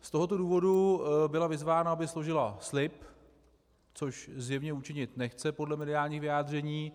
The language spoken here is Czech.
Z tohoto důvodu byla vyzvána, aby složila slib, což zjevně učinit nechce podle mediálních vyjádření.